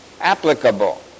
applicable